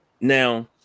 Now